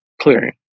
clearing